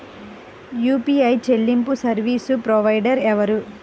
UPI చెల్లింపు service provider ఎవరు?